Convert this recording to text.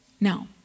No